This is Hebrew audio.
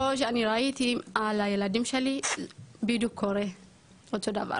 פה שאני ראיתי שלילדים שלי בדיוק קורה אותו דבר